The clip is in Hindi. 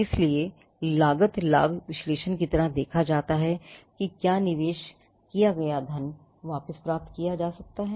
इसलिए लागत लाभ विश्लेषण की तरह देखा जाता है कि क्या निवेश किया गया धन वापस प्राप्त किया जा सकता है